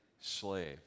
slave